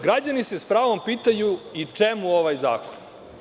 Građani se s pravom pitaju čemu ovaj zakon.